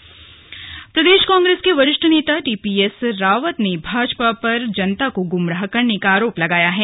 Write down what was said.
TPS Rawat प्रदेश कांग्रेस के वरिष्ठ नेता टीपीएस रावत ने भाजपा पर जनता को गुमराह करने का आरोप लगाया है